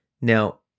Now